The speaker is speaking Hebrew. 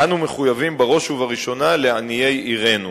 אנו מחויבים בראש ובראשונה לעניי עירנו.